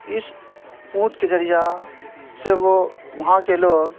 اس اونٹ کے ذریعہ سے وہ وہاں کے لوگ